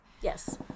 Yes